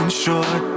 short